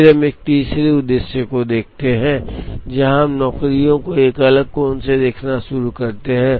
फिर हम एक तीसरे उद्देश्य को देखते हैं जहां हम नौकरियों को एक अलग कोण से देखना शुरू करते हैं